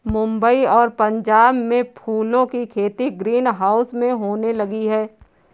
मुंबई और पंजाब में फूलों की खेती ग्रीन हाउस में होने लगी है